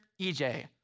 EJ